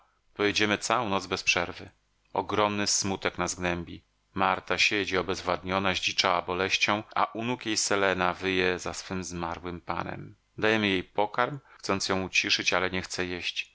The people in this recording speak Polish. pojedziemy całą noc bez przerwy ogromny smutek nas gnębi marta siedzi obezwładniona zdziczała boleścią a u nóg jej selena wyje za swym zmarłym panem dajemy jej pokarm chcąc ją uciszyć ale nie chce jeść